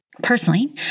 Personally